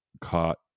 caught